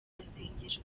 masengesho